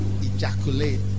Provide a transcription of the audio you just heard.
ejaculate